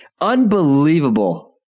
unbelievable